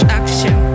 action